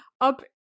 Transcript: up